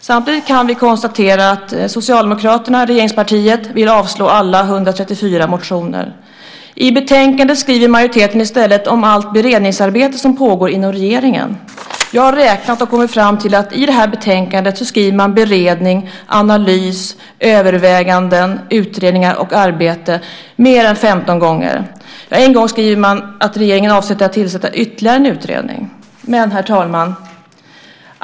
Samtidigt kan vi konstatera att Socialdemokraterna, regeringspartiet, föreslår avslag på samtliga 134 motioner. I betänkandet skriver majoriteten i stället om allt det beredningsarbete som pågår inom regeringen. Jag har räknat och kommit fram till att man i betänkandet skriver beredning, analys, överväganden, utredningar och arbete pågår mer än femton gånger. Ja, en gång skriver man också att regeringen avser att tillsätta ytterligare en utredning.